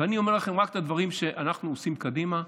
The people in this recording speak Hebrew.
ואני אומר לכם רק את הדברים שאנחנו עושים קדימה.